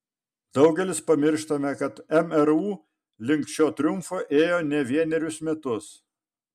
daugelis pamirštame kad mru link šio triumfo ėjo ne vienerius metus